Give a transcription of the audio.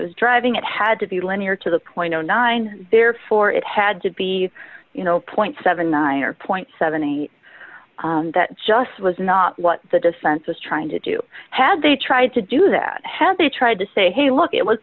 was driving it had to be linear to the point nine therefore it had to be you know point seventy nine or point seventy eight that just was not what the defense was trying to do had they tried to do that had they tried to say hey look it w